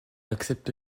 accepte